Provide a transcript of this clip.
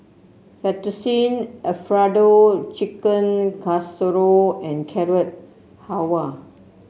Fettuccine Alfredo Chicken Casserole and Carrot Halwa